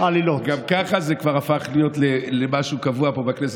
גם ככה זה הפך להיות למשהו קבוע פה בכנסת,